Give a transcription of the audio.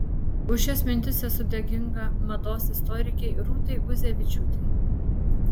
už šias mintis esu dėkinga mados istorikei rūtai guzevičiūtei